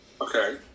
Okay